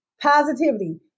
positivity